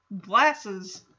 glasses